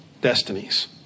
destinies